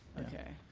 okay.